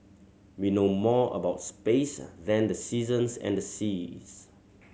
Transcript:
we know more about space than the seasons and the seas